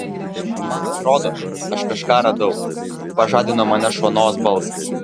man atrodo aš kažką radau pažadino mane šonos balsas